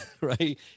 right